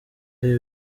ibi